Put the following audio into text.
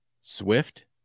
Swift